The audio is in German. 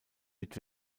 mit